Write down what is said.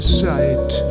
sight